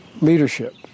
Leadership